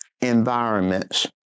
environments